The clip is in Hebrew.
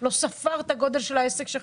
לא ספר את הגודל של העסק שלך.